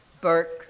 Burke